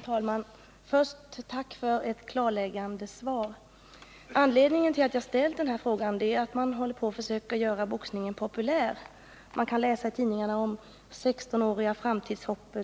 Herr talman! Först ett tack för ett klarläggande svar. Anledningen till att jag 23 november 1978 har ställt denna fråga är att man håller på att försöka göra boxningen populär. Man kan i tidningarna läsa om sextonåriga framtidshopp,